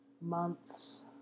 months